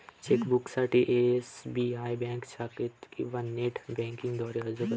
चेकबुकसाठी SBI bank शाखेत किंवा नेट बँकिंग द्वारे अर्ज करा